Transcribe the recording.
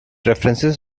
references